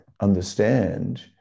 understand